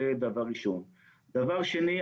דבר שני,